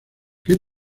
que